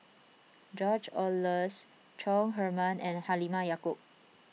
George Oehlers Chong Heman and Halimah Yacob